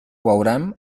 veurem